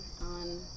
on